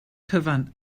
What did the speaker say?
cyfan